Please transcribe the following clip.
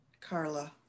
Carla